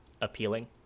appealing